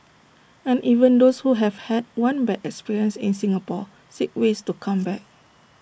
and even those who have had one bad experience in Singapore seek ways to come back